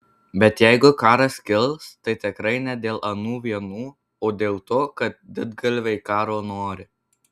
bet jeigu karas kils tai tikrai ne dėl anų vienų o dėl to kad didgalviai karo nori